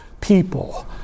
people